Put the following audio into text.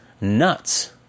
nuts